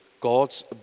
God's